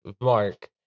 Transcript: Mark